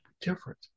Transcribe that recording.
different